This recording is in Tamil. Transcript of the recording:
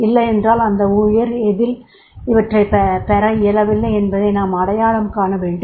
இல்லை என்றால் அந்த ஊழியர் எதில் இவற்றைப் பெற இயலவில்லை என்பதை நாம் அடையாளம் காண வேண்டும்